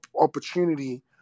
opportunity